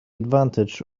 advantage